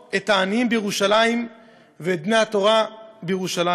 את העניים בירושלים ואת בני התורה בירושלים.